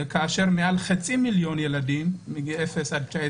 כאשר מעל חצי מיליון ילדים מגיל 0-19